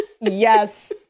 Yes